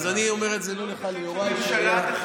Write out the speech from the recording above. אז אני אומר את זה לא לך אלא ליוראי, שהיה,